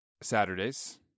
Saturdays